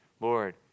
Lord